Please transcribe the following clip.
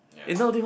yes